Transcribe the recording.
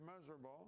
miserable